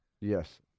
Yes